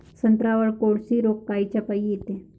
संत्र्यावर कोळशी रोग कायच्यापाई येते?